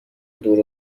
دور